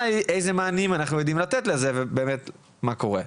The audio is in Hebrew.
היא איזה מענים אנחנו יודעים לתת לזה ובאמת מה קורה.